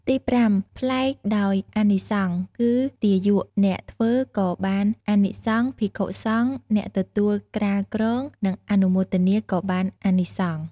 ទីប្រាំ ប្លែកដោយអានិសង្ស គឺទាយកអ្នកធ្វើក៏បានអានិសង្ស ភិក្ខុសង្ឃអ្នកទទួលក្រាលគ្រង និងអនុមោទនាក៏បានអានិសង្ឃ។